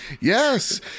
Yes